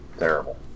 Terrible